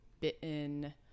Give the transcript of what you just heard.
bitten